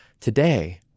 today